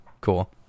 cool